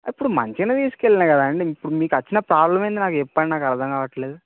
ఇప్పుడు మంచిగా తీసుకు వెళ్ళిన కదండి ఇప్పుడు మీకు వచ్చిన ప్రాబ్లం ఏంది నాకు చెప్పండి నాకు అర్థం కావట్లేదు